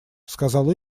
сказал